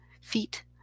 feet